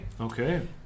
Okay